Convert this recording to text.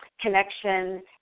connection